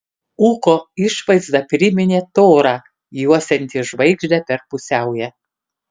ūko išvaizda priminė torą juosiantį žvaigždę per pusiaują